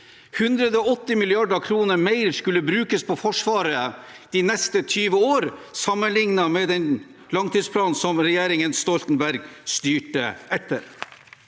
180 mrd. kr mer skulle brukes på Forsvaret de neste 20 år, sammenlignet med den langtidsplanen regjeringen Stoltenberg styrte etter.